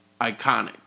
iconic